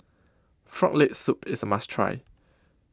Frog Leg Soup IS A must Try